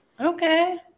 Okay